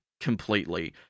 completely